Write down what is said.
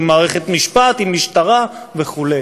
עם מערכת משפט, עם משטרה וכו'.